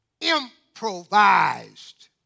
Improvised